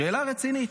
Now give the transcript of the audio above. שאלה רצינית.